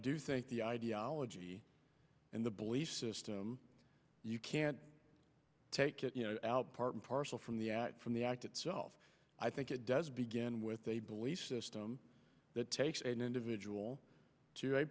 do think the ideology and the belief system you can't take it out part and parcel from the at from the act itself i think it does begin with a belief system that takes an individual to a